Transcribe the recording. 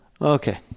okay